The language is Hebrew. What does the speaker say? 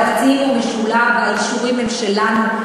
התקציב הוא משולב והאישורים הם שלנו.